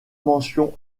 mention